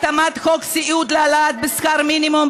התאמת חוק סיעוד להעלאה בשכר המינימום,